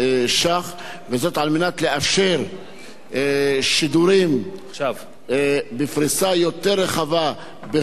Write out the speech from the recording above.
וזאת על מנת לאפשר שידורים בפריסה יותר רחבה בכל אזור הצפון